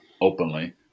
openly